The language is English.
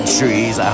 trees